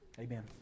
Amen